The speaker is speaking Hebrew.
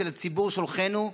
ציבור שולחינו,